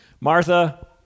Martha